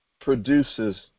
produces